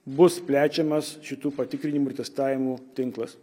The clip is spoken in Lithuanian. bus plečiamas šitų patikrinimų ir testavimų tinklas